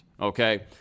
Okay